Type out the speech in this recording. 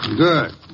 Good